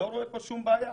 אני לא רואה פה שום בעיה.